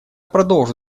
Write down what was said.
продолжу